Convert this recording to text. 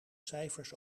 cijfers